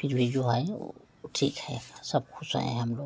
फिर भी जो है वो ठीक है सब खुश हैं हम लोग